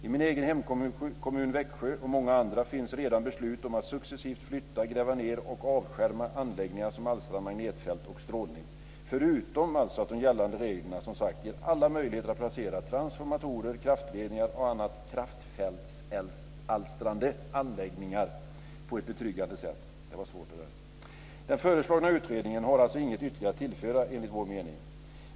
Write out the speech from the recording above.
I min hemkommun Växjö och i många andra kommuner finns redan beslut om att successivt flytta, gräva ned och avskärma anläggningar som alstrar magnetfält och strålning, förutom att gällande regler som sagt ger alla möjligheter att placera transformatorer, kraftledningar och andra kraftfältsalstrande anläggningar på ett betryggande sätt. Den föreslagna utredningen har därför enligt vår mening inget ytterligare att tillföra.